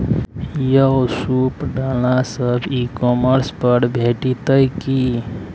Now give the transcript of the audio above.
यौ सूप डाला सब ई कॉमर्स पर भेटितै की?